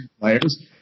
players